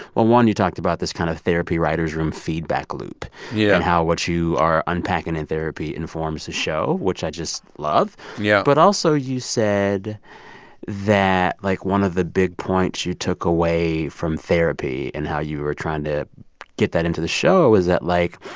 one, you talked about this kind of therapy writers room feedback loop and yeah how what you are unpacking in therapy informs the show, which i just love yeah but also you said that, like, one of the big points you took away from therapy and how you were trying to get that into the show is that, like,